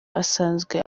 asanzwe